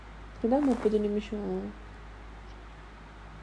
முப்பதுநிமிஷம்:mupathu nimisam